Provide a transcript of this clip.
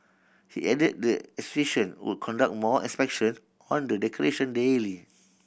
he added the association will conduct more inspection on the decoration daily